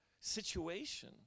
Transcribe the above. Situation